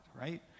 right